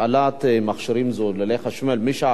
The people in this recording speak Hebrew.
זוללי חשמל משעה 13:00 עד שעה 17:00,